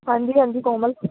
ਹਾਂਜੀ ਹਾਂਜੀ ਕੋਮਲ